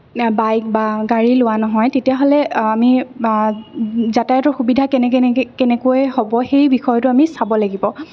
bike বা গাড়ী লোৱা নহয় তেতিয়াহ'লে আমি যাতায়তৰ সুবিধা কেনেকৈ কেনেকৈ হ'ব সেই বিষয়টো আমি চাব লাগিব